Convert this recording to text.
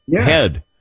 head